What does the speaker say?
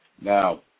Now